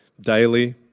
daily